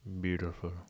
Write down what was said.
Beautiful